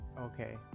Okay